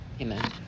Amen